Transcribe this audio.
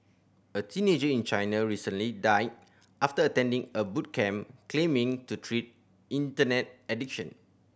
a teenager in China recently died after attending a boot camp claiming to treat Internet addiction